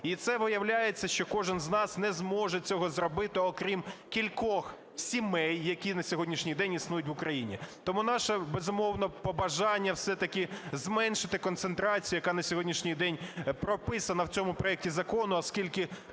І це, виявляється, що кожен з нас не зможе цього зробити, окрім кількох сімей, які на сьогоднішній день існують в Україні. тому наше, безумовно, побажання, все-таки зменшити концентрацію, яка на сьогоднішній день прописана в цьому проекті закону, оскільки